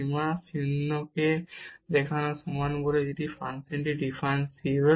ফাংশনটির সীমা 0 দেখানোর মানেই হল ডিফারেনসিবল দেখানো